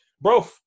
bro